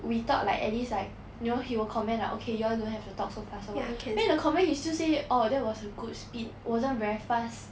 we thought like at least like you know he will comment like okay you all don't have to talk so fast or what but then in the comment he still say orh that was a good speed wasn't very fast